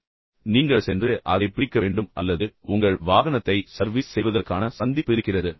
எனவே நீங்கள் சென்று அதைப் பிடிக்க வேண்டும் அல்லது உங்கள் வாகனத்தை சர்வீஸ் செய்வதற்கான சந்திப்பு இருக்கிறது